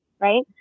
right